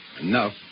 Enough